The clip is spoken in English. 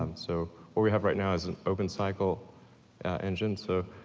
um so what we have right now is an open cycle engine. so